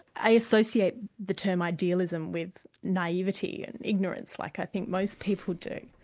i associate the term idealism with naivete and ignorance, like i think most people do.